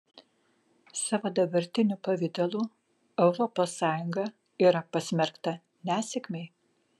savo dabartiniu pavidalu europos sąjunga yra pasmerkta nesėkmei